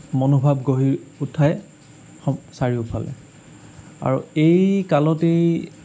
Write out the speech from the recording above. মনোভাৱ গঢ়ি উঠে চাৰিওফালে আৰু এই কালতেই